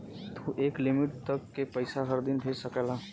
तू एक लिमिट तक के पइसा हर दिन भेज सकला